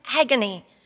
agony